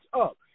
up